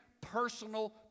personal